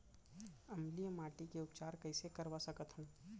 अम्लीय माटी के उपचार कइसे करवा सकत हव?